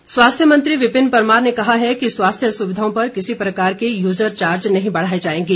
परमार स्वास्थ्य मंत्री विपिन परमार ने कहा है कि स्वास्थ्य सुविधाओं पर किसी प्रकार के यूजर चार्ज नहीं बढ़ाए जाएंगे